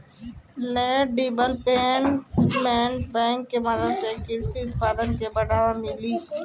land development bank के मदद से कृषि उत्पादन के बढ़ावा मिली